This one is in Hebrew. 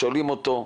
שואלים אותו,